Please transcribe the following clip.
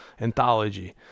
anthology